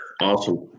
Awesome